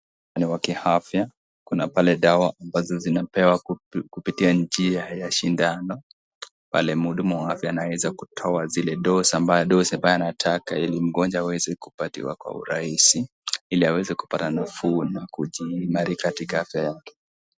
Ni wa kiafya, kuna pale dawa ambazo zinapewa kupitia njia ya sindano, pale muhudumu wa afya anaweza kutoa dosi ambazo anataka ili mgonjwa aweze kupatiwa kwa urahisi, iliaweze kupata nafuu na kijiimari katika afya yake.